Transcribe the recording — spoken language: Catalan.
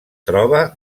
troba